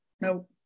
No